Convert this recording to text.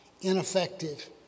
ineffective